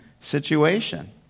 situation